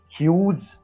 huge